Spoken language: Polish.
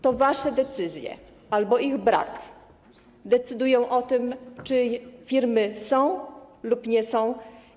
To wasze decyzje, albo ich brak, decydują o tym, czy firmy są czy ich nie ma.